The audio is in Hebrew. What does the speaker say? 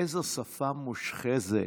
איזו שפה מושחזת,